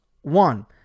One